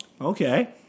Okay